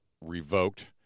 revoked